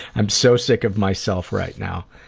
i'm so sick of myself right now.